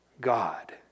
God